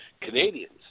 canadians